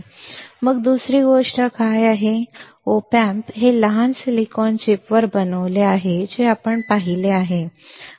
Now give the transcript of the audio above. मग दुसरी गोष्ट काय आहे op amp हे लहान सिलिकॉन चिपवर बनवले आहे जे आपण पाहिले आहे